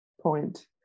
point